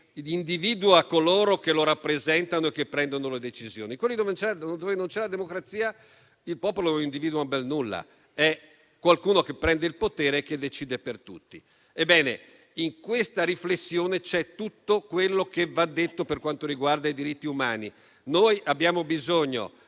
individua coloro che lo rappresenta e prende le decisioni; nei Paesi in cui non c'è la democrazia, il popolo non individua un bel nulla, ma è qualcuno che prende il potere e decide per tutti. Ebbene, in questa riflessione c'è tutto quello che va detto per quanto riguarda i diritti umani. Noi abbiamo bisogno